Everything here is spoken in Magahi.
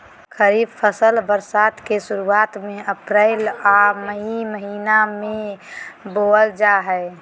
खरीफ फसल बरसात के शुरुआत में अप्रैल आ मई महीना में बोअल जा हइ